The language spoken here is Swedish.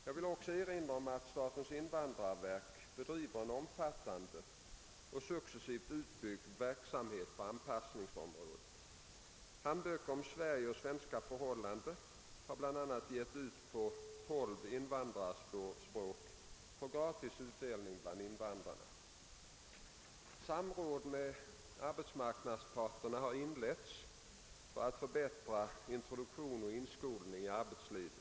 Jag vill också erinra om att statens invandrarverk bedriver en omfattande och successivt utbyggd verksamhet på anpassningsområdet. Handböcker om Sverige och svenska förhållanden har bl.a. getts ut på 12 invandrarspråk för gratis utdelning bland invandrarna. Samråd med arbetsmarknadsparterna har inletts för att förbättra introduktion och inskolning i arbetslivet.